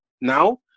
now